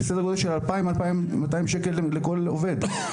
בסדר גודל של 2,000, 2,200 שקל לכל עובד.